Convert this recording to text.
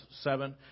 seven